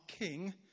king